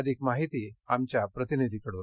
अधिक माहिती आमच्या प्रतिनिधीकडून